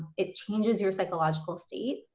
it changes your psychological state.